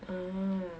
ah